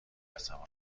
عصبانی